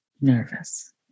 nervous